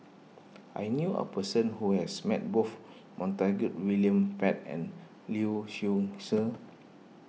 I knew a person who has met both Montague William Pett and Lee Seow Ser